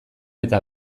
eta